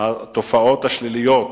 התופעות השליליות